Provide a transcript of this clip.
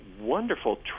wonderful